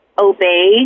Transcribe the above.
obey